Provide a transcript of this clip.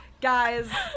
guys